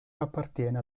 appartiene